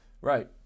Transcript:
Right